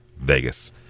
Vegas